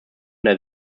der